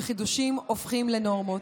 וחידושים הופכים לנורמות.